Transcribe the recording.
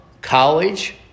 college